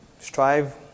strive